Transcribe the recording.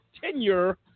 tenure